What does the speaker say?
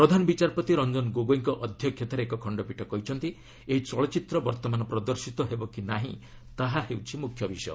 ପ୍ରଧାନ ବିଚାରପତି ରଞ୍ଜନ ଗୋଗୋଇଙ୍କ ଅଧ୍ୟକ୍ଷତାରେ ଏକ ଖଣ୍ଡପୀଠ କହିଛନ୍ତି ଏହି ଚଳଚ୍ଚିତ୍ର ବର୍ତ୍ତମାନ ପ୍ରଦର୍ଶିତ ହେବ କି ନାହିଁ ତାହା ହେଉଛି ମୁଖ୍ୟ ବିଷୟ